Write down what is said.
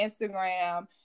Instagram